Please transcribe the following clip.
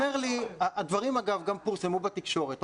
הדברים, אגב, גם פורסמו בתקשורת.